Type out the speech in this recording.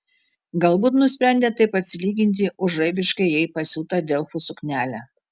galbūt nusprendė taip atsilyginti už žaibiškai jai pasiūtą delfų suknelę